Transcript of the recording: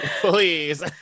please